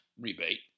rebate